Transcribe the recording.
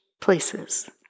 places